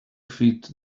feed